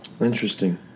Interesting